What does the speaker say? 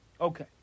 Okay